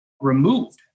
removed